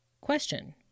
question